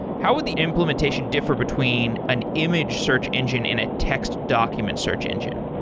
how would the implementation differ between an image search engine and a text-document search engine?